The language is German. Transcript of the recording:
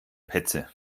petze